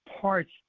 parts